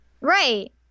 right